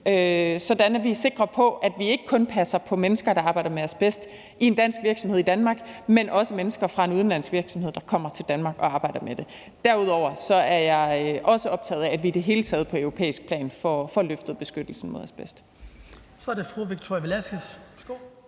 sådan at vi er sikre på, at vi ikke kun passer på mennesker, der arbejder med asbest i en dansk virksomhed i Danmark, men også mennesker fra en udenlandsk virksomhed, der kommer til Danmark og arbejder med det. Derudover er jeg også optaget af, vi i det hele taget på europæisk plan får løftet beskyttelsen mod asbest. Kl. 16:39 Den fg. formand